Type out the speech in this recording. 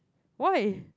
why